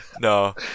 no